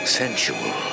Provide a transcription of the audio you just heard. sensual